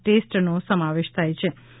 ટેસ્ટનો સમાવેશ થાય છિ